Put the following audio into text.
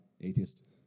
atheist